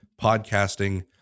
podcasting